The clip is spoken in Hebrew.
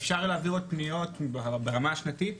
אפשר להעביר עוד פניות ברמה השנתית.